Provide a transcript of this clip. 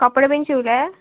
कपडे बीन शिवले